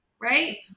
right